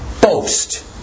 boast